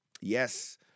yes